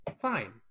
fine